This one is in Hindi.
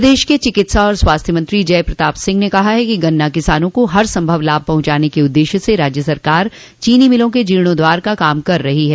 प्रदेश के चिकित्सा और स्वास्थ्य मंत्री जय प्रताप सिंह ने कहा है कि गन्ना किसानों को हर संभव लाभ पहुंचाने के उद्देश्य से राज्य सरकार चीनी मिलों के जीर्णोद्धार का काम कर रही है